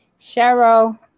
Cheryl